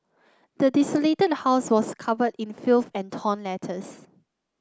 the desolated house was covered in filth and torn letters